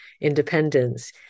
independence